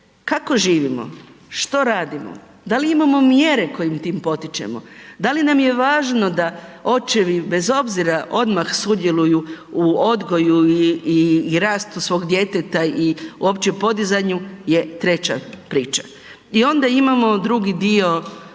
kako živimo? Što radimo? Da li imamo mjere kojim tim potičemo? Da li nam je važno da, očevi, bez obzira, odmah sudjeluju u odgoju i rastu svog djeteta i uopće podizanju je treća priča. I onda imamo drugi dio ovog